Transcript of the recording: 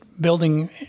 building